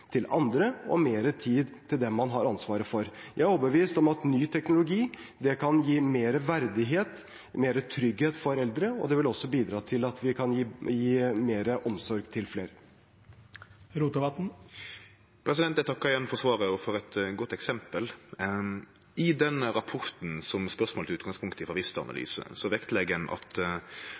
til andre og mer tid til dem man har ansvaret for. Jeg er overbevist om at ny teknologi kan gi mer verdighet og mer trygghet for eldre, og det vil også bidra til at vi kan gi mer omsorg til flere. Eg takkar igjen for svaret og for eit godt eksempel. I denne rapporten som spørsmålet tek utgangspunkt i, frå Vista Analyse, vektlegg ein at